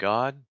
God